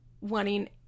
wanting